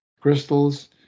crystals